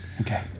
Okay